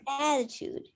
attitude